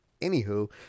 anywho